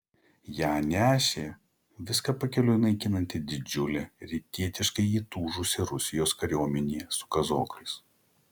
ją nešė viską pakeliui naikinanti didžiulė rytietiškai įtūžusi rusijos kariuomenė su kazokais